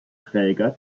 träger